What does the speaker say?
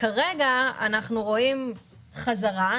כרגע אנחנו רואים חזרה.